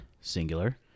singular